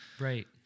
Right